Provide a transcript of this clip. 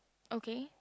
okay